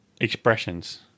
Expressions